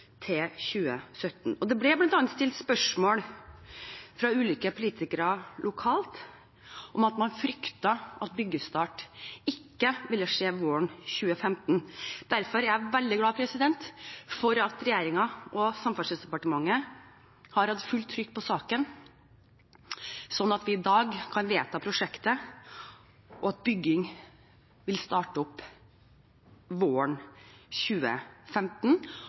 ulike politikere lokalt, for man fryktet at byggestart ikke ville skje våren 2015. Derfor er jeg veldig glad for at regjeringen og Samferdselsdepartementet har hatt fullt trykk på saken, slik at vi i dag kan vedta prosjektet, og at bygging vil starte opp våren 2015,